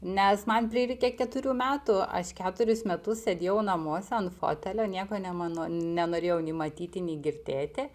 nes man prireikė keturių metų aš keturis metus sėdėjau namuose ant fotelio nieko ne mano nenorėjau nei matyti nei girdėti